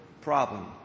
problem